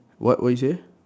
what what you say